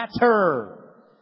matter